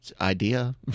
Idea